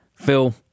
Phil